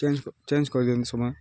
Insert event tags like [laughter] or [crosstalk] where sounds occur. change change କରିଦିଅନ୍ତୁ [unintelligible]